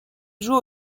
joue